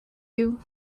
you